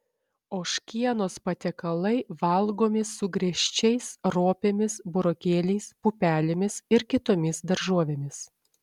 ožkienos patiekalai valgomi su griežčiais ropėmis burokėliais pupelėmis ir kitomis daržovėmis